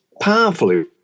powerfully